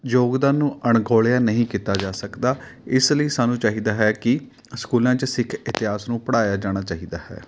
ਯੋਗਦਾਨ ਨੂੰ ਅਣਗੌਲਿਆ ਨਹੀਂ ਕੀਤਾ ਜਾ ਸਕਦਾ ਇਸ ਲਈ ਸਾਨੂੰ ਚਾਹੀਦਾ ਹੈ ਕਿ ਸਕੂਲਾਂ ਚ ਸਿੱਖ ਇਤਿਹਾਸ ਨੂੰ ਪੜ੍ਹਾਇਆ ਜਾਣਾ ਚਾਹੀਦਾ ਹੈ